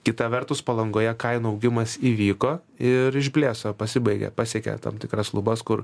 kita vertus palangoje kainų augimas įvyko ir išblėso pasibaigė pasiekė tam tikras lubas kur